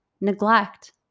neglect